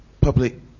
public